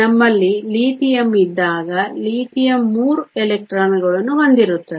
ನಮ್ಮಲ್ಲಿ ಲಿಥಿಯಂ ಇದ್ದಾಗ ಲಿಥಿಯಂ 3 ಎಲೆಕ್ಟ್ರಾನ್ಗಳನ್ನು ಹೊಂದಿರುತ್ತದೆ